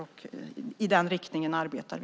I den riktningen arbetar vi.